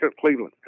Cleveland